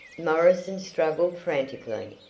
morrison struggled frantically.